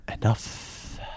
enough